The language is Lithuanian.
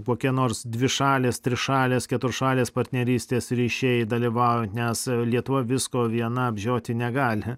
kokie nors dvišalės trišalės keturšalės partnerystės ryšiai dalyvauja nes lietuva visko viena apžioti negali